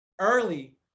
early